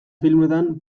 filmetan